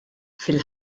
fil